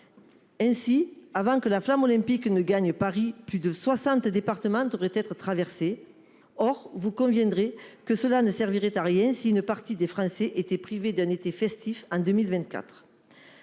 Ainsi, avant que la flamme olympique ne gagne Paris plus de 60 départements devraient être traversée. Or, vous conviendrez que cela ne servirait à rien si une partie des Français étaient privés d'un été festif en 2024.